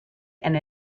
and